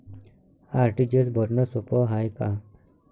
RTGS भरनं सोप हाय का?